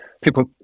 people